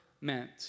meant